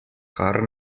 kar